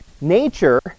nature